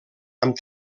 amb